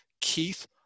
Keith